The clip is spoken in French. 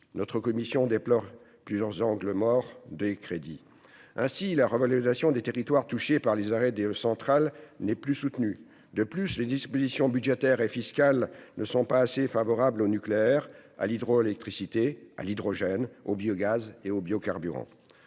Notre commission déplore également plusieurs angles morts des crédits : ainsi, la revitalisation des territoires touchés par les arrêts de centrales n'est plus soutenue ; de plus, les dispositions budgétaires et fiscales ne sont pas assez favorables au nucléaire, à l'hydroélectricité, à l'hydrogène, au biogaz et aux biocarburants.